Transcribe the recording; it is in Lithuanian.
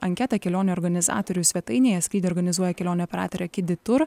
anketą kelionių organizatorių svetainėje skrydį organizuoja kelionių operatorė kidy tour